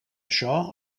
això